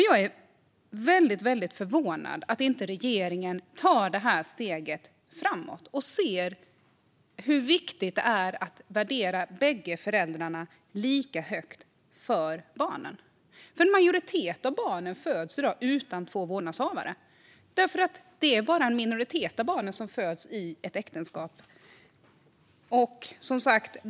Jag är väldigt förvånad över att regeringen inte tar det här steget framåt och ser hur viktigt det är att värdera bägge föräldrarna lika högt för barnen. En majoritet av barnen föds i dag utan två vårdnadshavare därför att en minoritet av barnen föds i ett äktenskap.